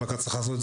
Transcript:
הרשאה.